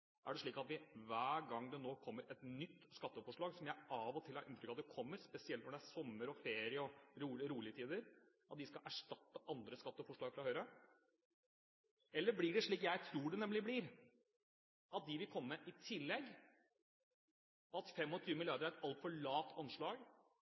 Er det slik at hver gang det kommer nye skatteforslag, som jeg av og til har inntrykk av kommer, spesielt når det er sommer og ferie og rolige tider, så skal de erstatte andre skatteforslag fra Høyre? Eller blir det slik jeg tror det blir, at de vil komme i tillegg, og at